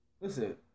listen